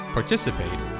Participate